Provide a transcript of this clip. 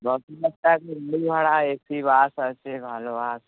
দশ দিনেরটা ভাড়া AC bus আছে ভালো বাস